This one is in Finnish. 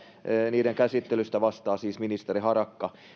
niiden käsittelystä vastaa siis ministeri harakka mutta